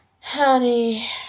honey